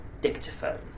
dictaphone